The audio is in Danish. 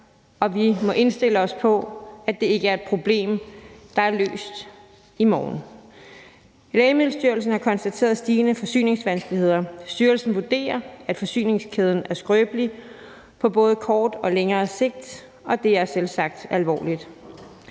og vi må indstille os på, at det ikke er et problem, der er løst i morgen. Lægemiddelstyrelsen har konstateret stigende forsyningsvanskeligheder. Styrelsen vurderer, at forsyningskæden er skrøbelig på både kort og længere sigt, og det er selvsagt alvorligt.